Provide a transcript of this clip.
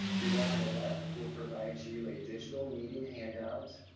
the one on the left will provide you a digital meeting handout,